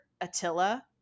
Attila